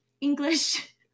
English